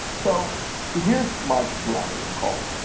so here's my rallying call,